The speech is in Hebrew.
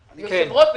היושב-ראש,